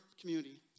community